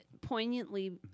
poignantly